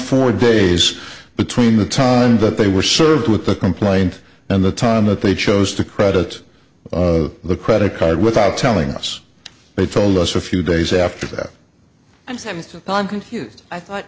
four days between the ton but they were served with the complaint and the time that they chose to credit the credit card without telling us they told us a few days after that and